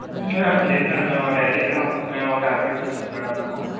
లేదు మేడం మేము డాడీ ఇక్కడ ఉంటారు మేము కాకినాడ వచ్చేస్తాము మేడం మేము